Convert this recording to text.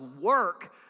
work